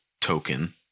token